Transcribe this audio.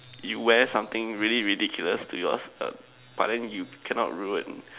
you wear something really ridiculous to yours err but then you cannot ruined